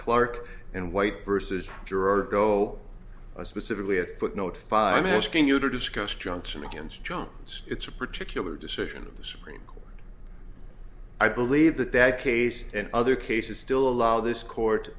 clark and white versus jurors go specifically a footnote five i'm asking you to discuss johnson against jones it's a particular decision of the supreme court i believe that that case and other cases still allow this court